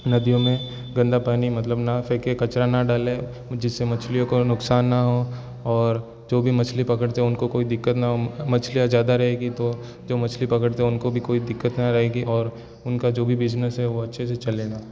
नदियों में गंदा पानी मतलब ना फेंके कचरा ना डाले जिससे मछलियों को नुकसान ना हो और जो भी मछली पकड़ते है उनको कोई दिक्कत ना हो मछलियाँ ज़्यादा रहेगी तो जो मछली पकड़ते है उनको भी कोई दिक्कत न रहेगी और उनका जो भी बिज़नेस है वो अच्छे से चलेगा